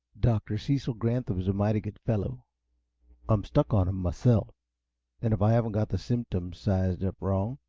dr. cecil granthum's a mighty good fellow i'm stuck on him, myself and if i haven't got the symptoms sized up wrong,